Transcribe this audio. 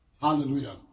Hallelujah